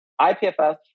IPFS